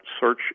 search